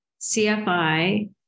CFI